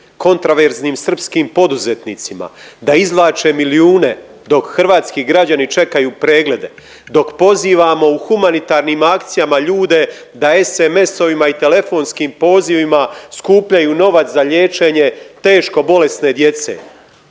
kontraverznim srpskim poduzetnicima da izvlače milijune dok hrvatski građani čekaju preglede, dok pozivamo u humanitarnim akcijama ljude da SMS-ovima i telefonskim pozivima skupljaju novac za liječenje teško bolesne djece,